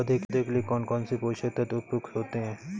पौधे के लिए कौन कौन से पोषक तत्व उपयुक्त होते हैं?